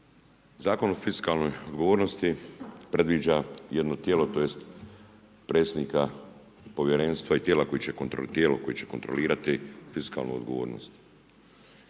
Zakon o fiskalnoj odgovornosti, predviđa jedno tijelo, tj. predsjednika povjerenstva i tijelo koje će kontrolirati fiskalnu odgovornost.